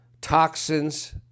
toxins